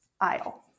aisle